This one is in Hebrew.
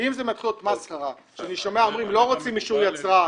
אם זה מתחיל להיות מסחרה שאני שומע שאומרים שלא רוצים אישור יצרן,